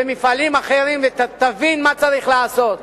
במפעלים אחרים, ותבין מה צריך לעשות.